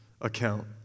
account